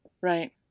right